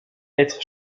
être